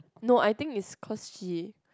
no I think it's cause she